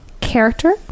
character